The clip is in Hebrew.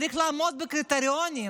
צריך לעמוד בקריטריונים,